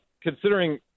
considering